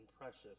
precious